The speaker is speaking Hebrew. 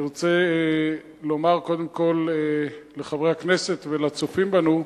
אני רוצה לומר, קודם כול לחברי הכנסת ולצופים בנו,